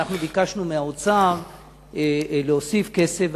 ביקשנו מהאוצר להוסיף כסף,